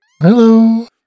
Hello